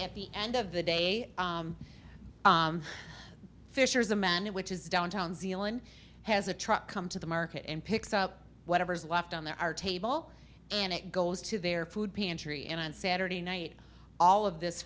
at the end of the day fisher is a man which is downtown zealand has a truck come to the market and picks up whatever's left on there our table and it goes to their food pantry and on saturday night all of this